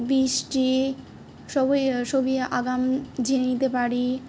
বৃষ্টি সবই সবই আগাম ঝড় নিতে পারি